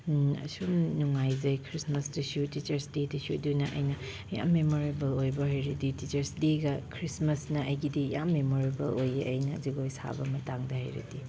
ꯑꯁꯨꯝ ꯅꯨꯡꯉꯥꯏꯖꯩ ꯈ꯭ꯔꯤꯁꯃꯥꯁꯇꯁꯨ ꯇꯤꯆꯔꯁ ꯗꯦꯗꯁꯨ ꯑꯗꯨꯅ ꯑꯩꯅ ꯌꯥꯝ ꯃꯦꯃꯣꯔꯦꯕꯜ ꯑꯣꯏꯕ ꯍꯥꯏꯔꯗꯤ ꯇꯤꯆꯔꯁ ꯗꯦꯒ ꯈ꯭ꯔꯤꯁꯃꯥꯁꯅ ꯑꯩꯒꯤꯗꯤ ꯌꯥꯝ ꯃꯦꯃꯣꯔꯦꯕꯜ ꯑꯣꯏꯌꯦ ꯑꯩꯅ ꯖꯒꯣꯏ ꯁꯥꯕ ꯃꯇꯝꯗ ꯍꯥꯏꯔꯗꯤ